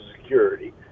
Security